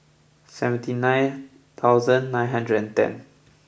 seventy nine thousand nine hundred and ten